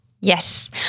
Yes